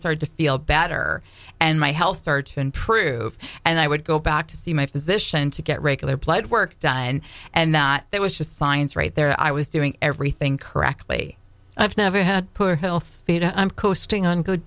started to feel better and my health started to improve and i would go back to see my physician to get regular blood work done and not that was just science right there i was doing everything correctly i've never had poor health i'm coasting on good